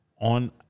on